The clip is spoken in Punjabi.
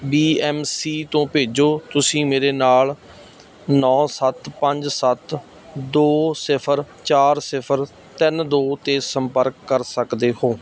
ਬੀ ਐਮ ਸੀ ਤੋਂ ਭੇਜੋ ਤੁਸੀਂ ਮੇਰੇ ਨਾਲ ਨੌਂ ਸੱਤ ਪੰਜ ਸੱਤ ਦੋ ਸਿਫਰ ਚਾਰ ਸਿਫਰ ਤਿੰਨ ਦੋ 'ਤੇ ਸੰਪਰਕ ਕਰ ਸਕਦੇ ਹੋ